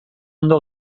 ondo